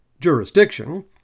jurisdiction